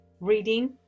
reading